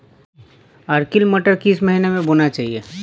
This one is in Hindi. अर्किल मटर किस महीना में बोना चाहिए?